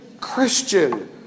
Christian